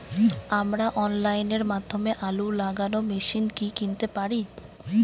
আমরা অনলাইনের মাধ্যমে আলু লাগানো মেশিন কি কিনতে পারি?